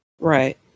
Right